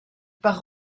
par